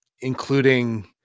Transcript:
including